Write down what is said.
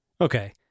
Okay